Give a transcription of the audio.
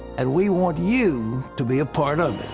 and we want you to be a part of